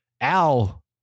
Al